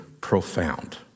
profound